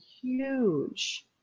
huge